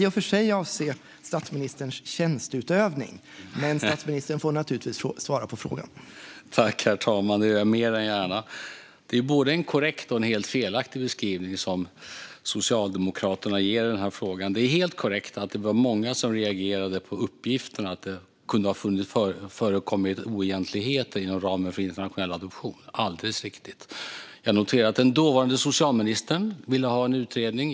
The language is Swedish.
Herr talman! Tack, det gör jag mer än gärna! Det är både en korrekt och en helt felaktig beskrivning som Socialdemokraterna ger i den här frågan. Det är helt korrekt att det var många som reagerade på uppgifterna att det kunde ha förekommit oegentligheter inom ramen för internationell adoption - alldeles riktigt. Jag noterar att dåvarande socialministern ville ha en utredning.